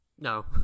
No